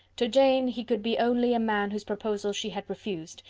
to jane, he could be only a man whose proposals she had refused,